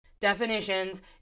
definitions